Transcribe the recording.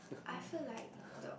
I feel like the